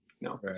no